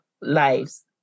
lives